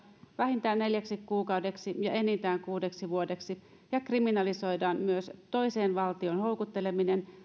vähintään neljäksi kuukaudeksi ja enintään kuudeksi vuodeksi ja kriminalisoidaan myös toiseen valtioon houkutteleminen